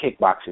kickboxing